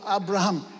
Abraham